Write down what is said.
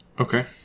Okay